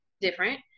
different